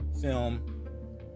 film